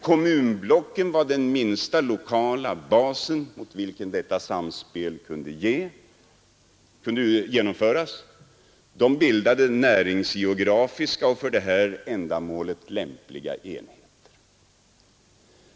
Kommunblocken var den minsta Torsdagen den lokala bas på vilken detta samspel kunde genomföras — de bildade 22 mars 1973 näringsgeografiska och för det här ändamålet lämpliga enheter.